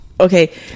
okay